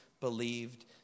believed